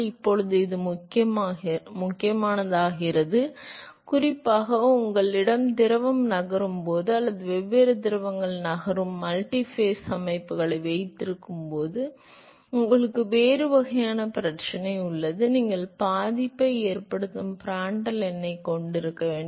இப்போது இது முக்கியமானதாகிறது குறிப்பாக உங்களிடம் திரவம் நகரும் போது அல்லது வெவ்வேறு திரவங்கள் நகரும் மல்டிஃபேஸ் அமைப்புகளை வைத்திருக்கும் போது உங்களுக்கு வேறு வகையான பிரச்சனை உள்ளது எனவே நீங்கள் பாதிப்பை ஏற்படுத்தும் பிராண்ட்டில் எண்ணைக் கொண்டிருக்க வேண்டும்